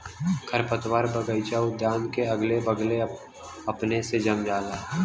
खरपतवार बगइचा उद्यान के अगले बगले अपने से जम जाला